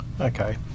Okay